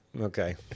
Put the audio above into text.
Okay